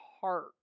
heart